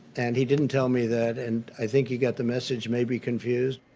and he didnt tell me that and i think he got the message maybe confused.